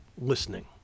listening